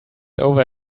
over